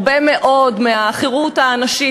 הרבה מאוד מהחירות הנשית,